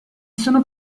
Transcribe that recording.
sono